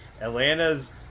Atlanta's